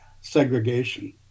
segregation